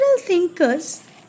thinkers